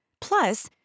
Plus